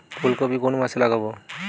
ফুলকপি কোন মাসে লাগাবো?